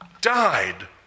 Died